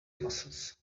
muscles